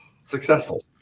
successful